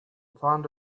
found